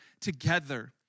together